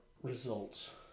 results